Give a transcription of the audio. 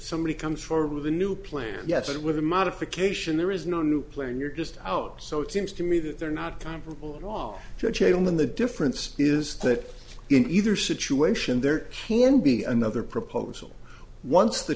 somebody comes forward with a new plan yes and with a modification there is no new plan you're just out so it seems to me that they're not comparable at all jane when the difference is that in either situation there can be another proposal once the